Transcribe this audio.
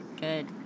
good